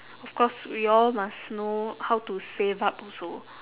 of course we all must know how to save up also